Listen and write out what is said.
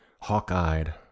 hawk-eyed